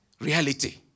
reality